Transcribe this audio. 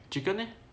chicken eh